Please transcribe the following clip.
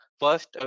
first